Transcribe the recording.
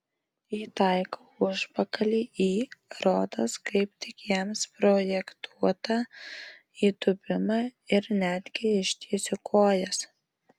įtaikau užpakalį į rodos kaip tik jam suprojektuotą įdubimą ir netgi ištiesiu kojas